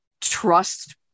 trust